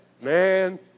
man